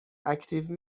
اکتیو